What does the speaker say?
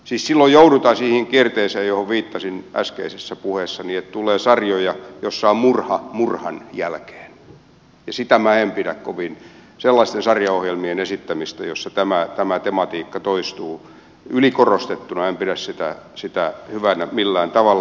siis silloin joudutaan siihen kierteeseen johon viittasin äskeisessä puheessani että tulee sarjoja joissa on murha murhan jälkeen ja sellaisten sarjaohjel mien esittämistä joissa tämä tematiikka toistuu ylikorostettuna en pidä hyvänä millään tavalla